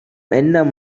என்ன